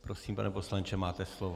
Prosím, pane poslanče, máte slovo.